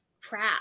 crap